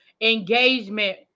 engagement